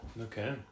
Okay